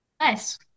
Nice